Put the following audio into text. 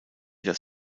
das